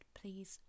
please